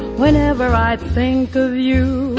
whenever i think you.